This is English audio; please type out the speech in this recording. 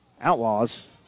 outlaws